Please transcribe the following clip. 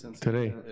today